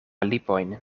lipojn